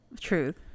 Truth